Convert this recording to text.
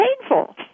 painful